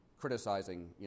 criticizing